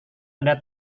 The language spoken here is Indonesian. anda